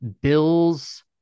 Bills